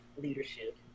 leadership